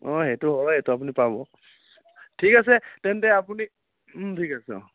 অঁ সেইটো হয় সেইটো আপুনি পাব ঠিক আছে তেন্তে আপুনি ঠিক আছে অঁ